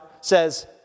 says